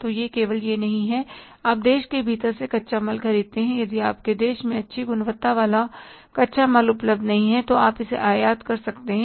तो यह केवल यह नहीं है कि आप देश के भीतर से कच्चा माल खरीदते हैं यदि आपके देश में अच्छी गुणवत्ता वाला कच्चा माल उपलब्ध नहीं है तो आप इसे आयात कर सकते हैं